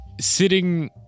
sitting